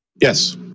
Yes